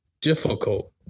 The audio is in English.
difficult